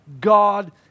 God